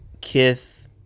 kith